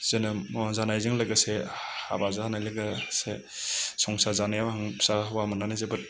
जोनोम जानायजों लोगोसे हाबा जानायजों लोगोसे संसार जानायाव आं फिसा हौवा मोननानै जोबोर